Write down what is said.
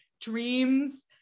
dreams